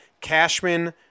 Cashman